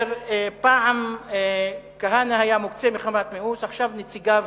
פעם כהנא היה מוקצה מחמת מיאוס, ועכשיו נציגיו,